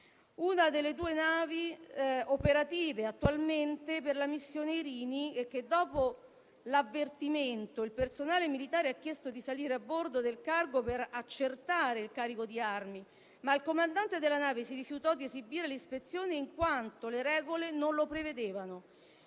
una delle due navi operative attualmente per la missione Irini e che dopo l'avvertimento il personale militare ha chiesto di salire a bordo del cargo per accertare il carico di armi, ma il comandante della nave si è rifiutato di esibire l'ispezione in quanto le regole non lo prevedevano,